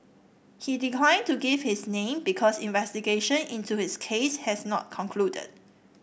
he declined to give his name because investigation into his case has not concluded